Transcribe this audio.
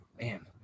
Man